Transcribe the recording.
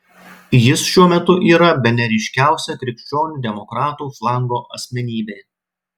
jis šiuo metu yra bene ryškiausia krikščionių demokratų flango asmenybė